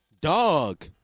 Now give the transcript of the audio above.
dog